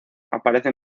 aparecen